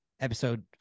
episode